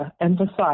emphasize